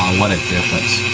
um what a difference.